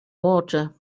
water